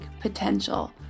potential